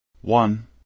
One